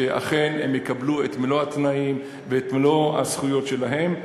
אכן הם יקבלו את מלוא התנאים ואת מלוא הזכויות שלהם.